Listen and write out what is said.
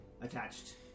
Attached